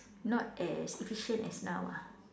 not as efficient as now ah